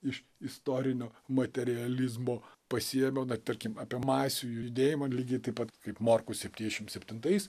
iš istorinio materializmo pasiėmiau tarkim apie masių judėjimą lygiai taip pat kaip morkus septyniasdešimt septintais